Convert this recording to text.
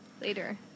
later